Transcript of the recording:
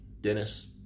Dennis